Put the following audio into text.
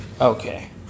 Okay